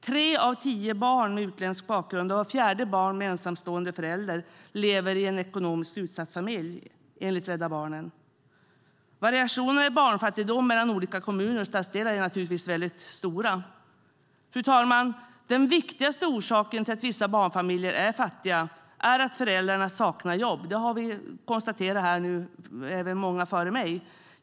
Tre av tio barn med utländsk bakgrund och vart fjärde barn med ensamstående förälder lever i en ekonomiskt utsatt familj, enligt Rädda Barnen. Variationerna i barnfattigdom mellan olika kommuner och stadsdelar är naturligtvis väldigt stora. Fru talman! Den viktigaste orsaken till att vissa barnfamiljer är fattiga är att föräldrarna saknar jobb. Det har många före mig konstaterat här.